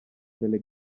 delle